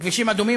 כבישים אדומים,